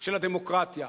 של הדמוקרטיה.